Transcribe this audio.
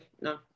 no